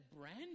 brand